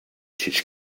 tisch